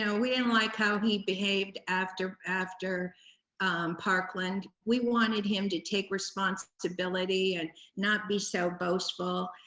and we didn't like how he behaved after after parkland. we wanted him to take responsibility and not be so boastful.